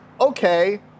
okay